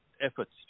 efforts